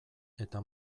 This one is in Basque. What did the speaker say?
eta